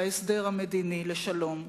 להסדר המדיני לשלום.